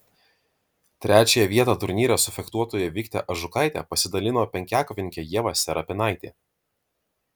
trečiąją vietą turnyre su fechtuotoja vikte ažukaite pasidalino penkiakovininkė ieva serapinaitė